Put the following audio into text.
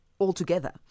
altogether